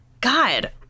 God